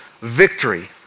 victory